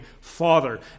Father